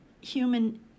human